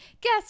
guess